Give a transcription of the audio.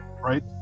right